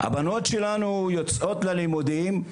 הבנות שלנו יוצאות ללימודים,